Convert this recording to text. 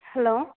hello